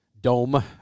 dome